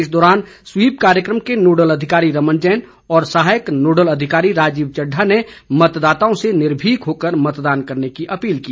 इस दौरान स्वीप कार्यक्रम के नोडल अधिकारी रमन जैन और सहायक नोडल अधिकारी राजीव चड्ढा ने मतदाताओं से निर्भीक होकर मतदान करने की अपील की